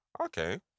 okay